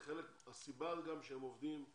הסיבה גם שהם עובדים זה